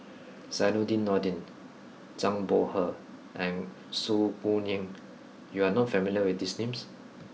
Zainudin Nordin Zhang Bohe and Su Guaning you are not familiar with these names